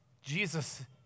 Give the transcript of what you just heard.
Jesus